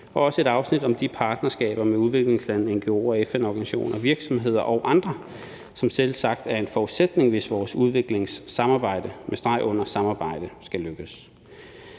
og et afsnit om de partnerskaber med udviklingslande, ngo'er, FN-organisationer, virksomheder og andre, som selvsagt er en forudsætning, hvis vores udviklingssamarbejde – med streg under samarbejde – skal lykkes,